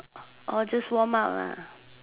just warm up